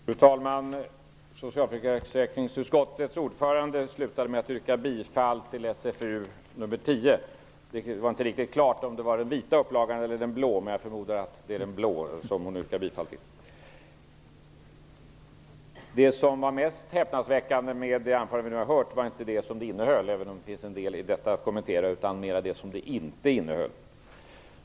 Fru talman! Socialförsäkringsutskottets ordförande avslutade med att yrka bifall till SfU10. Det var inte riktigt klart om hon menade den vita eller den blå upplagan, men jag förmodar att det är den blå hon yrkar bifall till. Det mest häpnadsväckande med det anförande vi nu har hört var inte innehållet, även om en del av det kan kommenteras, utan det som vi inte har hört.